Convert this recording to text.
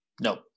No